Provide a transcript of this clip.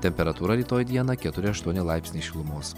temperatūra rytoj dieną keturi aštuoni laipsnių šilumos